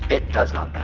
it does not